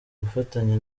gufatanya